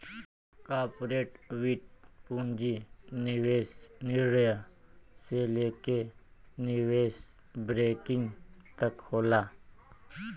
corporate वित्त पूंजी निवेश निर्णय से लेके निवेश बैंकिंग तक होला